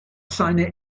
seine